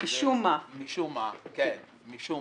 מצד שני, כפי